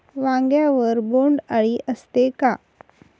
वांग्यावर बोंडअळी असते का?